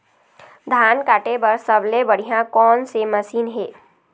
धान काटे बर सबले बढ़िया कोन से मशीन हे?